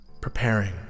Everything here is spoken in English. Preparing